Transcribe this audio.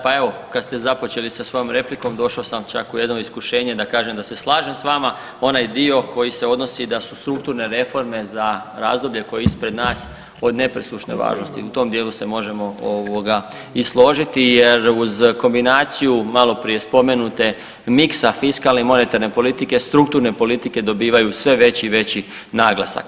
Pa evo, kad ste započeli sa svojom replikom došao sam čak u jedno iskušenje da se slažem s vama, onaj dio koji se odnosi da su strukturne reforme za razdoblje koje je ispred nas od nepresušne važnosti, u tom dijelu se možemo i složiti jer uz kombinaciju malo prije spomenute miksa fiskalne i monetarne politike, strukturne politike dobivaju sve veći i veći naglasak.